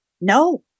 No